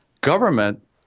Government